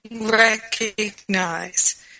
recognize